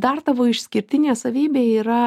dar tavo išskirtinė savybė yra